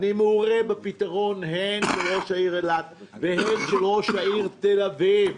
אני מעורה בפתרון הן של ראש העיר אילת והן של ראש העיר תל אביב.